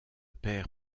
père